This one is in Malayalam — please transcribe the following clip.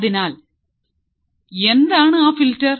അതിനാൽ എന്താണ് ആ ഫിൽട്ടർ